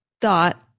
thought